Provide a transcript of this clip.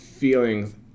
feelings